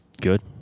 Good